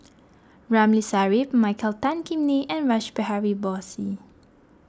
Ramli Sarip Michael Tan Kim Nei and Rash Behari Bose